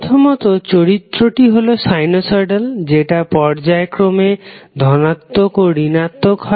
প্রথমত চরিত্রটি হলো সাইনুসয়ডাল যেটা পর্যায়ক্রমে ধনাত্মক ও ঋণাত্মক হয়